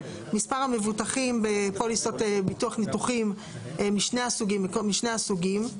מספר המבוטחים בפוליסות ביטוח ניתוחים משני הסוגים,